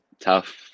tough